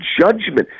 judgment